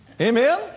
Amen